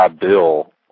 bill